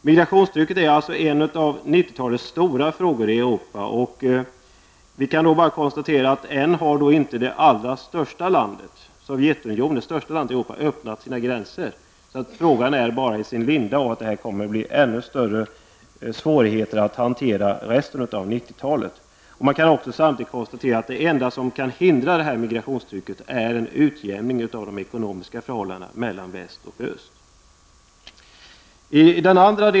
Migrationstrycket är alltså en av 90-talets stora frågor i Europa. Vi kan då konstatera att ännu har inte det största landet i Europa, Sovjetunionen, öppnat sina gränser. Frågan är bara i sin linda, och det kommer att bli ännu större svårigheter att hantera frågan under resten av 90-talet. Samtidigt kan man konstatera att det enda som hindrar migrationstrycket är en utjämning av de ekonomiska förhållanden mellan väst och öst.